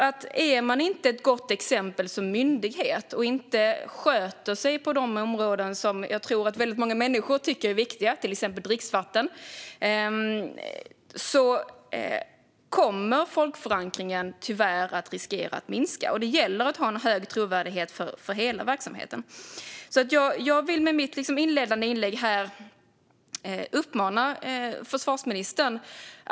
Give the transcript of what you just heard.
Om man inte är ett gott exempel som myndighet och inte sköter sig på de områden som jag tror att många människor tycker är viktiga, till exempel dricksvatten, riskerar folkförankringen tyvärr att minska. Det gäller att ha en hög trovärdighet för hela verksamheten. Jag vill med mitt inledande inlägg ge en uppmaning till försvarsministern.